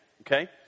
okay